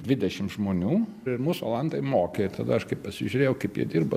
dvidešimt žmonių ir mus olandai mokė ir tada aš kaip pasižiūrėjau kaip jie dirba